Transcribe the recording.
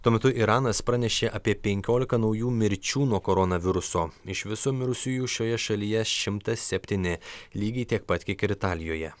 tuo metu iranas pranešė apie penkiolika naujų mirčių nuo koronaviruso iš viso mirusiųjų šioje šalyje šimtas septyni lygiai tiek pat kiek ir italijoje